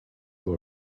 your